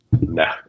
No